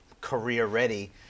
career-ready